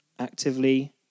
actively